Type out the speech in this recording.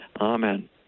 Amen